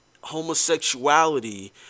homosexuality